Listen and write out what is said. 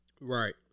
Right